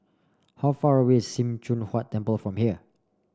how far away is Sim Choon Huat Temple from here